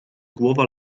głowa